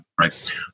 Right